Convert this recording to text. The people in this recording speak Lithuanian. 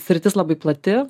sritis labai plati